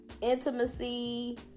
intimacy